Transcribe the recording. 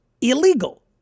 illegal